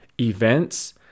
events